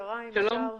בקצרה אם אפשר.